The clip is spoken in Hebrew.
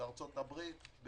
בארצות הברית,